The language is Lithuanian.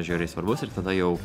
žiauriai svarbus ir tada jau